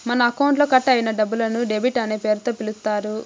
మన అకౌంట్లో కట్ అయిన డబ్బులను డెబిట్ అనే పేరుతో పిలుత్తారు